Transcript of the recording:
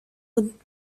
would